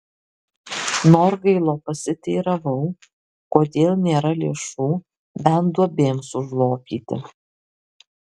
norgailo pasiteiravau kodėl nėra lėšų bent duobėms užlopyti